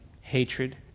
hatred